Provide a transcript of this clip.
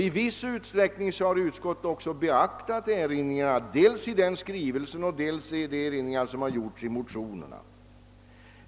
I viss utsträckning har utskottet beaktat dels erinringarna i den skrivelsen, dels de erinringar som gjorts i motionerna.